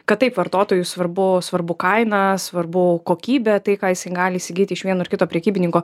kad taip vartotojui svarbu svarbu kaina svarbu kokybė tai ką jisai gali įsigyt iš vieno ar kito prekybininko